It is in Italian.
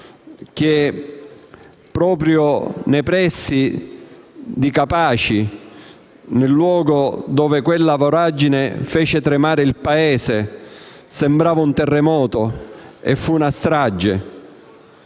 proprio nei pressi di Capaci, nel luogo dove la voragine aperta fece tremare il Paese - sembrava un terremoto e fu una strage